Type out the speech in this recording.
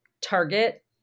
target